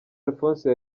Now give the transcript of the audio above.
alphonse